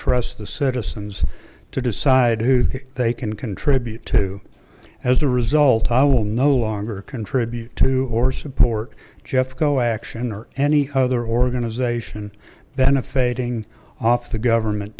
trust the citizens to decide who they can contribute to as a result i will no longer contribute to or support jeffco action or any other organization than a fading off the government